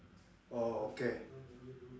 oh okay